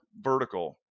vertical